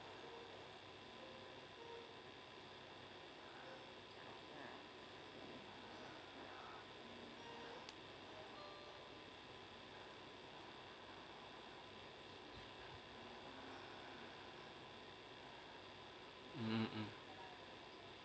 mmhmm